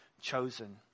chosen